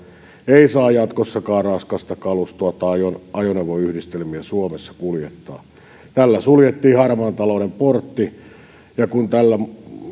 ei saa jatkossakaan raskasta kalustoa tai ajoneuvoyhdistelmiä suomessa kuljettaa tällä suljettiin harmaan talouden portti tällä